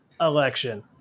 election